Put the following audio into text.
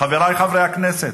חברי חברי הכנסת,